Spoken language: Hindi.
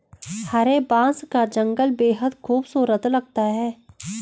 हरे बांस का जंगल बेहद खूबसूरत लगता है